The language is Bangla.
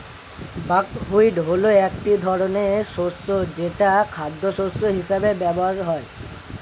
বাকহুইট হলো এক ধরনের শস্য যেটা খাদ্যশস্য হিসেবে ব্যবহৃত হয়